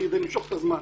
כדי למשוך את הזמן.